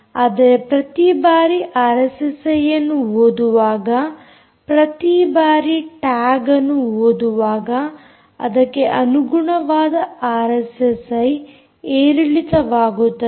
ಆದರೆ ಪ್ರತಿ ಬಾರಿ ಆರ್ಎಸ್ಎಸ್ಐ ಯನ್ನು ಓದುವಾಗ ಪ್ರತಿ ಬಾರಿ ಟ್ಯಾಗ್ ಅನ್ನು ಓದುವಾಗ ಅದಕ್ಕೆ ಅನುಗುಣವಾದ ಆರ್ಎಸ್ಎಸ್ಐ ಏರಿಳಿತವಾಗುತ್ತದೆ